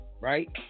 Right